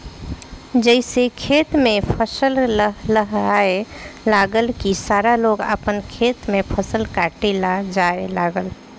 जइसे खेत में फसल लहलहाए लागल की सारा लोग आपन खेत में फसल काटे ला जाए लागल